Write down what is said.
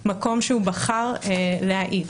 מקום שהוא בחר להעיד.